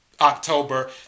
October